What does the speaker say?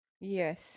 Yes